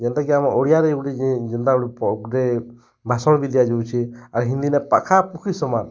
ଯେନ୍ତାକି ଆମ ଓଡ଼ିଆରେ ଗୋଟେ ଯି ଯେନ୍ତା ଗୋଟେ ପ ଗୋଟେ ଭାଷଣ ବି ଦିଆଯାଉଛି ଆ ହିନ୍ଦୀନେ ପାଖାପାଖି ସମାନ